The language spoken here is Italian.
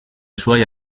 suoi